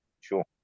sure